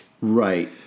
Right